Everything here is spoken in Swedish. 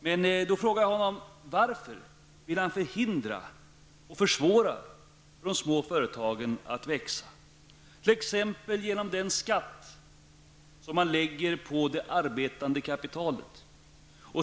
Men då frågar jag honom: Varför vill han förhindra och försvåra för de små företagen att växa, t.ex. genom den skatt som man lägger på det arbetande kapitalet?